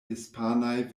hispanaj